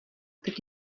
teď